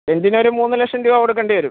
സെൻറ്റിനൊരു മൂന്ന് ലക്ഷം രൂപ കൊടുക്കേണ്ടി വരും